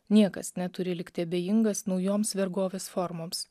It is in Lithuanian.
niekas neturi likti abejingas naujoms vergovės formoms